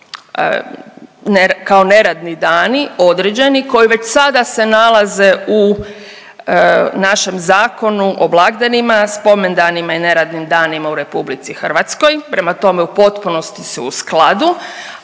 kao neradni dani određeni koji već sada se nalaze u našem Zakonu o blagdanima, spomendanima i neradnim danima u RH. Prema tome, u potpunosti su u skladu,